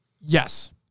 Yes